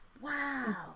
wow